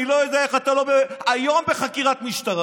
אני לא יודע איך אתה לא היום בחקירת משטרה.